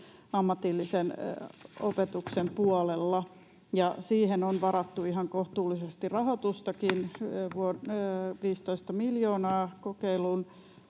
ammatillisen opetuksen puolella. Siihen on varattu ihan kohtuullisesti rahoitustakin, 15 miljoonaa kokeilun